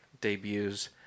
debuts